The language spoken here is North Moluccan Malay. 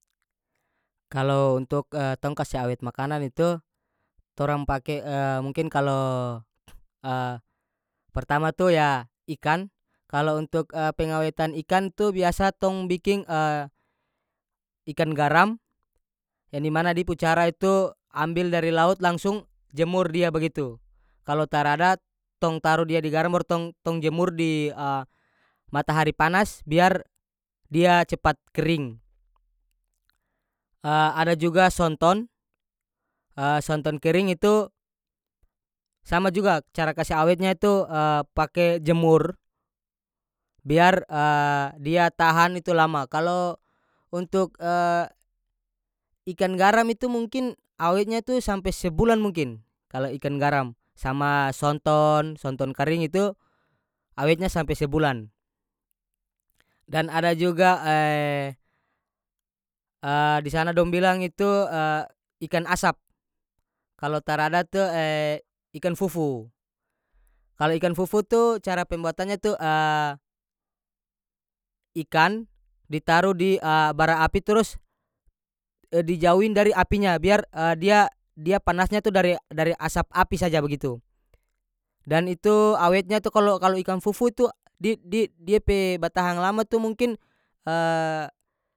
Kalo untuk tong kase awet makanan itu torang pake mungkin kalo pertama tu ya ikan kalo untuk pengawetan ikan tu biasa tong biking ikan garam yang di mana di pu cara itu ambil dari laut langsung jemur dia bagitu kalo taradat tong taru dia di garam baru tong- tong jemur di matahari panas biar dia cepat kering ada juga sonton sonton kering itu sama juga cara kase awetnya itu pake jemur biar dia tahan itu lama kalo untuk ikan garam itu mungkin awetnya tu sampe sebulan mungkin kalo ikan garam sama sonton sonton karing itu awetnya sampe sebulan dan ada juga di sana dong bilang itu ikan asap kalo tarada tu ikan fufu kalo ikan fufu tu cara pembuatannya tu ikan ditaru di bara api trus e dijauhin dari apinya biar dia- dia panasnya tu dari- dari asap api saja bagitu dan itu awetnya tu kalo- kalo ikan fufu tu did did- dia pe batahang lama tu mungkin.